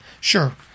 Sure